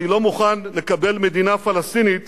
אני לא מוכן לקבל מדינה פלסטינית